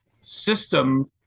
system –